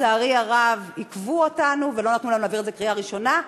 לצערי הרב עיכבו אותנו ולא נתנו לנו להעביר את זה בקריאה ראשונה.